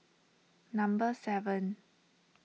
number seven